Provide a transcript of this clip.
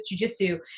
jujitsu